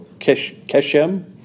keshem